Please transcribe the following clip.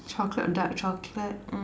chocolate dark chocolate